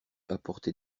apporter